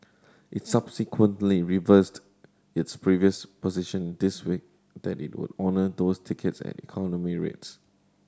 it subsequently reversed its previous position this week that it would honour those tickets at economy rates